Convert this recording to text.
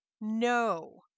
No